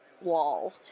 wall